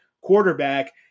quarterback